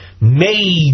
made